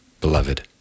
Beloved